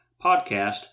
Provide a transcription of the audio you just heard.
podcast